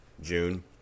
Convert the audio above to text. June